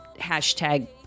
hashtag